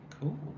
Cool